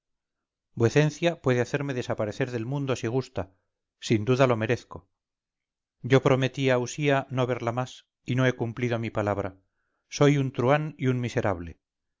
manifestado vuecencia puede hacerme desaparecerdel mundo si gusta sin duda lo merezco yo prometí a usía no verla más y no he cumplido mi palabra soy un truhán y un miserable